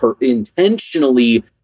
intentionally